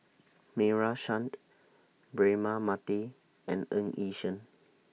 Meira Chand Braema Mathi and Ng Yi Sheng